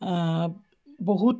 বহুত